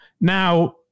Now